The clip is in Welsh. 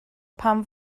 pam